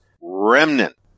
remnant